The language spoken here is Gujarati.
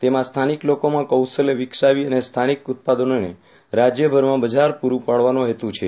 તેમાં સ્થાનિક લોકોમાં કૌશલ્ય વિકસાવી અને સ્થાનિક ઉત્પાદનોને રાજયભરમાં બજાર પૂર્રું પાડવાનો હેતુ છે